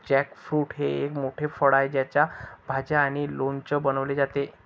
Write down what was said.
jackfruit हे एक मोठे फळ आहे ज्याच्या भाज्या आणि लोणचे बनवले जातात